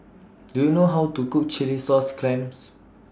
Do YOU know How to Cook Chilli Sauce Clams